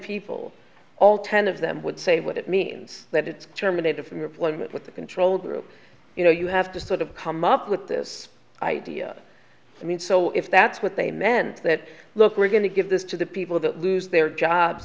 people all ten of them would say what it means that it terminated from employment with the control group you know you have to sort of come up with this idea i mean so if that's what they meant that look we're going to give this to the people that lose their jobs